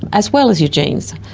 as well as your genes.